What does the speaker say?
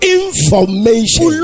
information